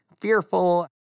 fearful